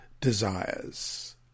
desires